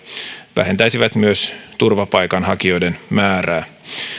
vähentäisivät myös turvapaikanhakijoiden määrää